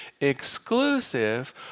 exclusive